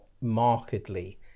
markedly